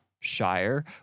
Shire